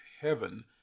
heaven